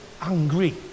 angry